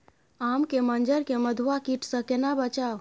आम के मंजर के मधुआ कीट स केना बचाऊ?